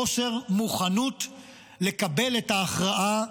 חוסר מוכנות לקבל את ההכרעה